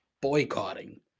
Boycotting